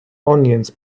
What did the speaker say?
onions